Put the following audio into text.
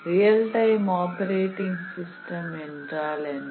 real time operating system என்றால் என்ன